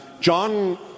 John